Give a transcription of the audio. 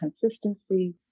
consistency